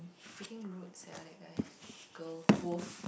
freaking rude sia that guy girl both